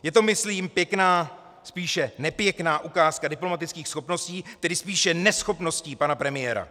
Je to myslím pěkná, spíše nepěkná ukázka diplomatických schopností, tedy spíše neschopností pana premiéra.